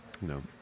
No